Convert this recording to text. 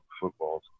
football